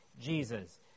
Jesus